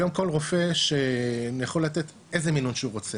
היום כל רופא שיכול לתת איזה מינון שהוא רוצה,